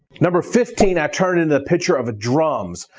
number fifteen i turned into a picture of drums,